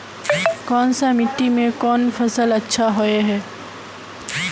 कोन सा मिट्टी में कोन फसल अच्छा होय है?